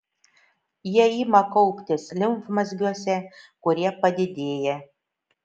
jie ima kauptis limfmazgiuose kurie padidėja